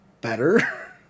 better